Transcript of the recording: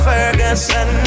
Ferguson